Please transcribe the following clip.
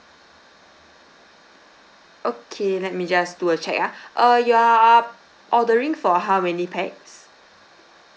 okay let me just do a check ah uh you are ordering for how many pax